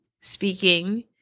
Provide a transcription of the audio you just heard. speaking